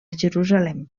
jerusalem